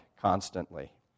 constantly